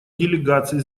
делегации